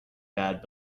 bad